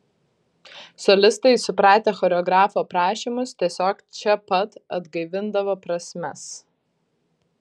solistai supratę choreografo prašymus tiesiog čia pat atgaivindavo prasmes